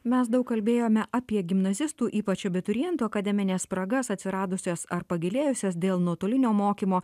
mes daug kalbėjome apie gimnazistų ypač abiturientų akademines spragas atsiradusias ar pagilėjusias dėl nuotolinio mokymo